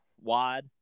wide